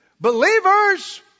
Believers